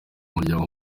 umuryango